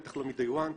בטח לא מ-day one,